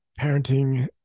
parenting